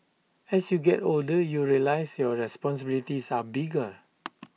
as you get older you realise your responsibilities are bigger